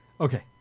okay